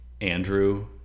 Andrew